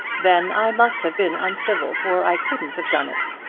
then i must have been uncivil for i couldn't have done it.